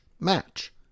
match